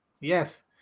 yes